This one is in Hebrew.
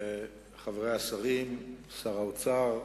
חברי השרים, שר האוצר,